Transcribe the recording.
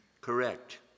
correct